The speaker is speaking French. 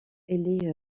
elle